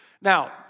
Now